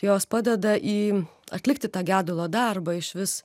jos padeda į atlikti tą gedulo darbą išvis